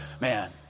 man